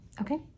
okay